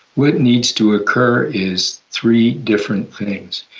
what needs to occur is three different things.